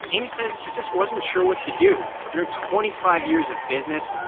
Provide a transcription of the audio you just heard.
amy says she just wasn't sure what to do. in her twenty five years of business,